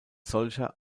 solcher